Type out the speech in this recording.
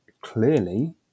clearly